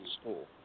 school